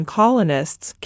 colonists